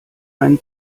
einen